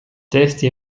testi